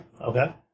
Okay